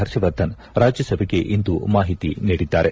ಪರ್ಷವರ್ಧನ್ ರಾಜ್ಯಸಭೆಗೆ ಇಂದು ಮಾಹಿತಿ ನೀಡಿದ್ದಾರೆ